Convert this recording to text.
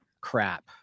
crap